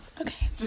Okay